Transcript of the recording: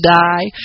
die